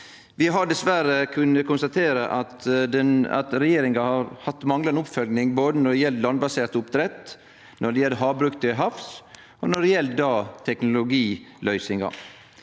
Vi har dessverre kunna konstatere at regjeringa har hatt manglande oppfølging både når det gjeld landbasert oppdrett, når det gjeld havbruk til havs, og når det gjeld teknologiløysingar.